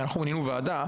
אנחנו מינינו ועדה,